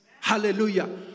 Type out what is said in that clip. Hallelujah